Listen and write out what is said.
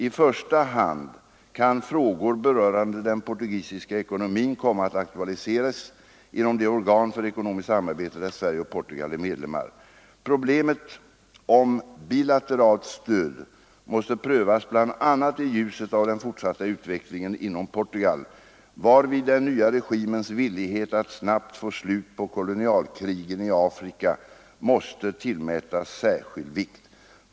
I första hand kan frågor berörande den portugisiska ekonomin komma att aktualiseras inom de organ för ekonomiskt samarbete där Sverige och Portugal är medlemmar. Frågan om bilateralt stöd måste prövas bl.a. i ljuset av den fortsatta utvecklingen inom Portugal, varvid den nya regimens villighet att snabbt få slut på kolonialkrigen i Afrika måste tillmätas särskild vikt.